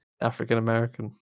African-American